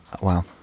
Wow